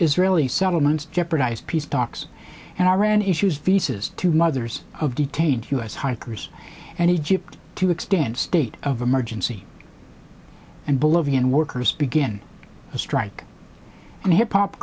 israeli settlements jeopardize peace talks and iran issues visas to mothers of detained u s hikers and egypt to extend state of emergency and bolivian workers begin the strike and hip hop